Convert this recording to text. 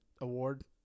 award